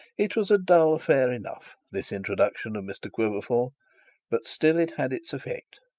it was a dull affair enough, this introduction of mr quiverful but still it had its effect.